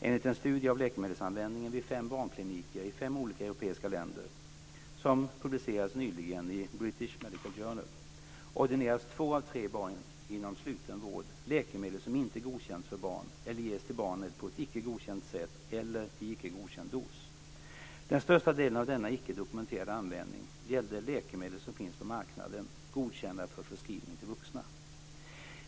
Enligt en studie av läkemedelsanvändningen vid fem barnkliniker i fem olika europeiska länder som publicerats nyligen i British Medical Journal ordineras två av tre barn inom sluten vård läkemedel som inte godkänts för barn, eller ges till barnet på ett icke godkänt sätt eller i icke godkänd dos. Den största delen av denna icke dokumenterade användning gällde läkemedel som finns på marknaden, godkända för förskrivning till vuxna.